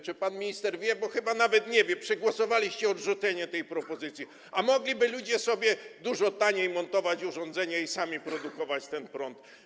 Czy pan minister wie, bo chyba nawet tego nie wie, że przegłosowaliście odrzucenie tej propozycji, a przecież ludzie mogliby sobie dużo taniej montować urządzenia i sami produkować ten prąd.